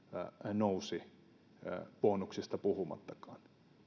nousi bonuksista puhumattakaan